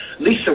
Lisa